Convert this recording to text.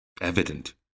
evident